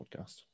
podcast